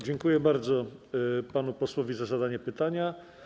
Dziękuję bardzo panu posłowi za zadanie pytania.